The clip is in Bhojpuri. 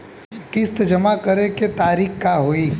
किस्त जमा करे के तारीख का होई?